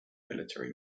military